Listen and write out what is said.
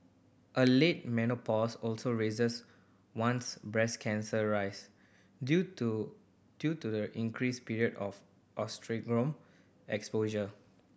a late menopause also raises one's breast cancer rise due to due to the increased period of oestrogen exposure